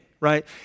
right